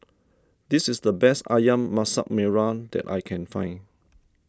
this is the best Ayam Masak Merah that I can find